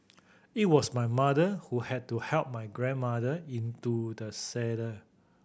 it was my mother who had to help my grandmother into the saddle